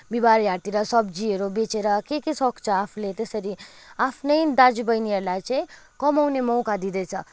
बिहिबारे हाटतिर सब्जीहरू बेचेर के के सक्छ आफूले त्यसरी आफ्नै दाजुबहिनीहरूलाई चाहिँ कमाउने मौका दिँदैछ